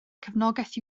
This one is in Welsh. cefnogaeth